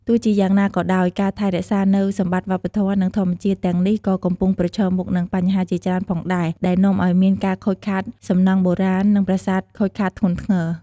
ទោះជាយ៉ាងណាក៏ដោយ ការថែរក្សានូវសម្បត្តិវប្បធម៌ និងធម្មជាតិទាំងនេះក៏កំពុងប្រឈមមុខនឹងបញ្ហាជាច្រើនផងដែរ ដែលនាំអោយមានការខូចខាតសំណង់បុរាណ និងប្រាសាទខូចខាតធ្ងន់ធ្ងរ។